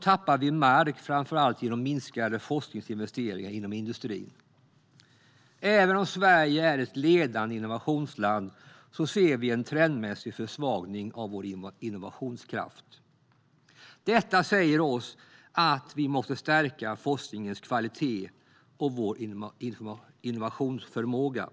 tappar vi mark, framför allt genom minskade forskningsinvesteringar inom industrin. Även om Sverige är ett ledande innovationsland ser vi en trendmässig försvagning av vår innovationskraft. Detta säger oss att vi måste stärka forskningens kvalitet och vår innovationsförmåga.